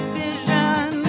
vision